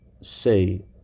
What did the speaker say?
say